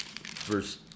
Verse